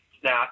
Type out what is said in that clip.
snap